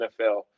nfl